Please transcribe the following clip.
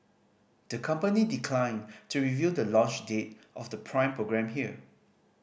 the company declined to reveal the launch date of the Prime programme here